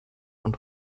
und